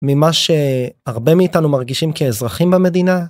ממה שהרבה מאיתנו מרגישים כאזרחים במדינה.